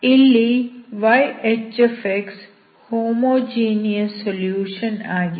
ಇಲ್ಲಿ yHx homogeneous solution ಆಗಿದೆ